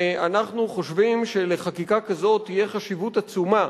ואנחנו חושבים שלחקיקה כזאת תהיה חשיבות עצומה